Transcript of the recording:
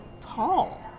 tall